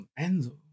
Enzo